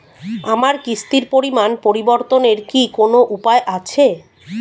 আমার কিস্তির পরিমাণ পরিবর্তনের কি কোনো উপায় আছে?